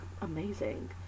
amazing